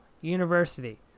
university